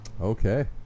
Okay